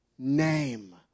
name